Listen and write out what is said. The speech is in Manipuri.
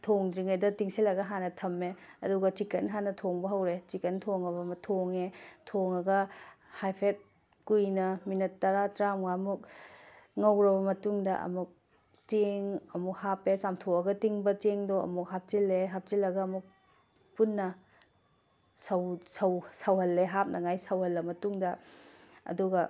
ꯊꯣꯡꯗ꯭ꯔꯤꯉꯩꯗ ꯇꯤꯡꯁꯤꯜꯂꯒ ꯍꯥꯟꯅ ꯊꯝꯃꯦ ꯑꯗꯨꯒ ꯆꯤꯀꯟ ꯍꯥꯟꯅ ꯊꯣꯡꯕ ꯍꯧꯔꯦ ꯆꯤꯀꯟ ꯊꯣꯡꯂꯕ ꯊꯣꯡꯂꯦ ꯊꯣꯡꯂꯒ ꯍꯥꯏꯐꯦꯠ ꯀꯨꯏꯅ ꯃꯤꯅꯠ ꯇꯔꯥ ꯇꯔꯥꯃꯉꯥꯃꯨꯛ ꯉꯧꯔꯕ ꯃꯇꯨꯡꯗ ꯑꯃꯨꯛ ꯆꯦꯡ ꯑꯃꯨꯛ ꯍꯥꯞꯄꯦ ꯆꯥꯝꯊꯣꯛꯂꯒ ꯇꯤꯡꯕ ꯆꯦꯡꯗꯣ ꯑꯃꯨꯛ ꯍꯥꯞꯆꯤꯜꯂꯦ ꯍꯥꯞꯆꯤꯜꯂꯒ ꯑꯃꯨꯛ ꯄꯨꯟꯅ ꯁꯧꯍꯜꯂꯦ ꯍꯥꯞꯅꯉꯥꯏ ꯁꯧꯍꯜꯂ ꯃꯇꯨꯡꯗ ꯑꯗꯨꯒ